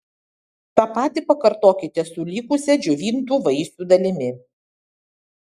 tą patį pakartokite su likusia džiovintų vaisių dalimi